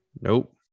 Nope